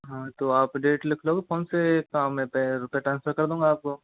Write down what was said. हाँ तो आप डेट लिख लो कौनसे शाम में रुपये ट्रांसफ़र कर दूंगा आपको